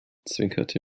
zwinkerte